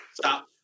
stop